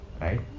Right